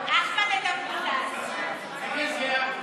דב חנין ויעל גרמן לסעיף 13 לא נתקבלה.